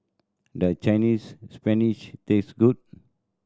does Chinese Spinach taste good